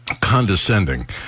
condescending